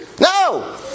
No